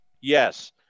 Yes